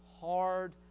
hard